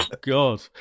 God